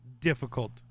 difficult